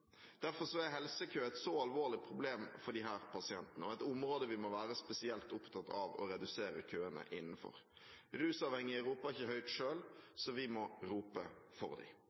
Derfor er helsekø et så alvorlig problem for disse pasientene og et område vi må være spesielt opptatt av å redusere køene innenfor. Rusavhengige roper ikke høyt selv, så vi må rope for